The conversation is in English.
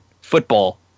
Football